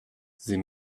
sie